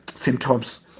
symptoms